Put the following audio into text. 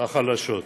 לשכבות החלשות.